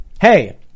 Hey